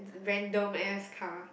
random ass car